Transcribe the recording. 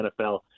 NFL